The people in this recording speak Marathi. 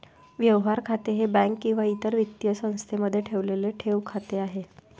व्यवहार खाते हे बँक किंवा इतर वित्तीय संस्थेमध्ये ठेवलेले ठेव खाते आहे